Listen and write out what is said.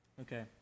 okay